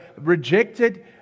rejected